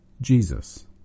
Jesus